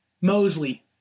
Mosley